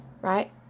right